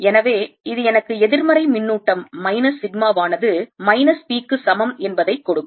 எனவே இது எனக்கு எதிர்மறை மின்னூட்டம் மைனஸ் சிக்மாவானது மைனஸ் p க்கு சமம் என்பதை கொடுக்கும்